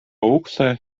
ukse